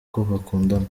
bakundana